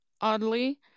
oddly